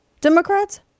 Democrats